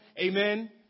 amen